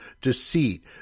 deceit